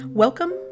Welcome